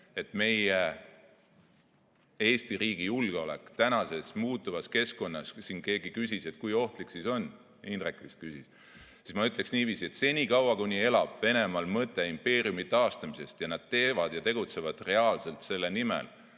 meie Eesti riigi julgeoleku nimel tänases muutuvas keskkonnas. Keegi küsis, et kui ohtlik siis on, Indrek vist. Ma ütleksin niiviisi, et senikaua, kuni Venemaal elab mõte impeeriumi taastamisest ja nad teevad ja tegutsevad reaalselt selle nimel,